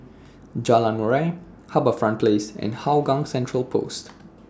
Jalan Murai HarbourFront Place and Hougang Central Post